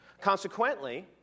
Consequently